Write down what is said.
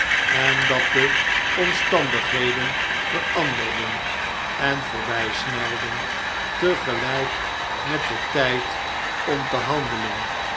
en dat de omstandigheden veranderden en voorbjjsnelden tegelp met den tyd om te handelen